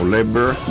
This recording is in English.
Labor